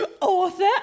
author